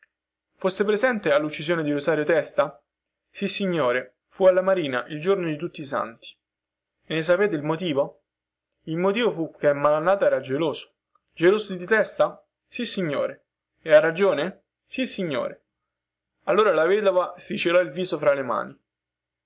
foste presente alluccisione di rosario testa sissignore fu alla marina il giorno di tutti i santi e ne sapete il motivo il motivo fu che malannata era geloso geloso di testa sissignore e a ragione sissignore allora la vedova si celò il viso fra le mani